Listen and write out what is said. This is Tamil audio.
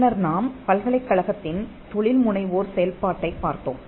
பின்னர் நாம் பல்கலைக்கழகத்தின் தொழில்முனைவோர் செயல்பாட்டைப் பார்த்தோம்